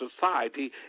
society